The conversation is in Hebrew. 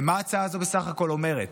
ומה ההצעה הזו בסך הכול אומרת?